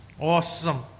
Awesome